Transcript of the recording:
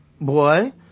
boy